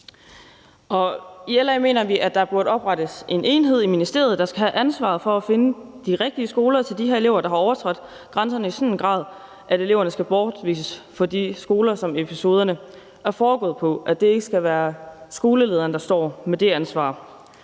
I LA mener vi, at der burde oprettes en enhed i ministeriet, der tager ansvar for at finde de rigtige skoler til de her elever, der har overtrådt grænsen i en sådan grad, at eleverne skal bortvises fra de skoler, som er episoderne er foregået på, og at det ikke skal være skolelederen, der står med det ansvar.